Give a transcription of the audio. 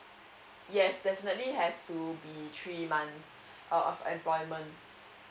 yes definitely has to be three months uh of employment